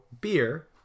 beer